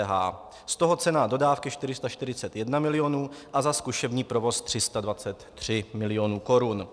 Z toho cena dodávky 441 milionů a za zkušební provoz 323 milionů korun.